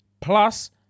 Plus